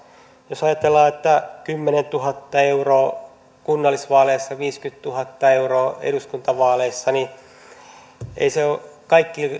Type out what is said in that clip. jos ajatellaan että kymmenentuhatta euroa kunnallisvaaleissa ja viisikymmentätuhatta euroa eduskuntavaaleissa niin eivät kaikki